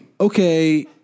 Okay